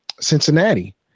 Cincinnati